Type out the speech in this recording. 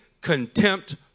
contempt